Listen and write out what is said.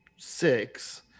six